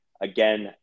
Again